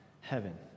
heaven